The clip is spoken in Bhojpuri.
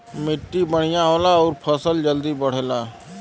मट्टी बढ़िया होला आउर फसल जल्दी बढ़ला